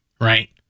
right